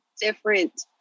different